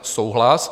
Souhlas.